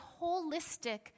holistic